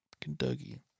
Kentucky